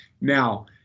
now